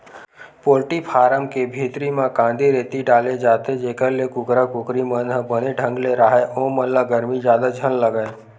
poultry farm के भीतरी म कांदी, रेती डाले जाथे जेखर ले कुकरा कुकरी मन ह बने ढंग ले राहय ओमन ल गरमी जादा झन लगय